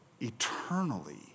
eternally